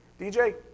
DJ